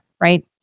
right